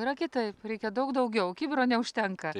yra kitaip reikia daug daugiau kibiro neužtenka